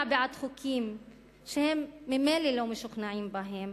בעד חוקים שהם ממילא לא משוכנעים בהם,